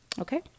Okay